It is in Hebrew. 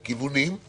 יש כיוונים שונים